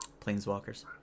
Planeswalkers